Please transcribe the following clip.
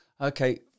Okay